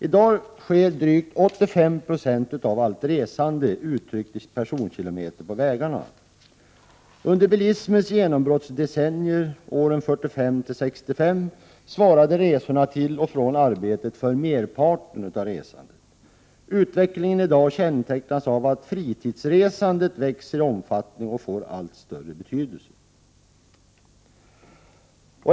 I dag sker drygt 85 96 av allt resande, uttryckt i personkilometer, på vägarna. Under bilismens genombrottsdecennier, åren 1945—1965, svarade resorna till och från arbetet för merparten av resandet. Utvecklingen i dag kännetecknas av att fritidsresandet växer i omfattning och får allt större betydelse.